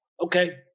okay